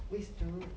wasted